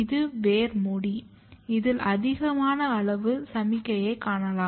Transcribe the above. இது வேர் மூடி இதில் அதிகமான அளவு சமிக்ஞையைக் காணலாம்